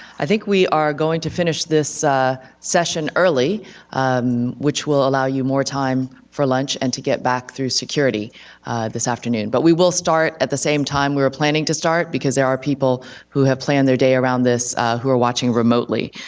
i think we are going to finish this session early which will allow you more time for lunch and to get back through security this afternoon, but we will start at the same time we were planning to start because there are people who have planned their day around this who are watching remotely,